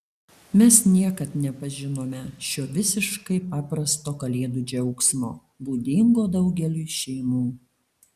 mes niekad nepažinome šio visiškai paprasto kalėdų džiaugsmo būdingo daugeliui šeimų